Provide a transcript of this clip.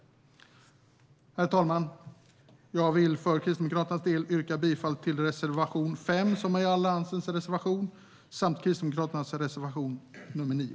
Herr talman! Jag yrkar bifall till Alliansens reservation 5 och till Kristdemokraternas reservation 9.